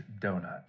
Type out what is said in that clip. donut